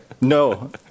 No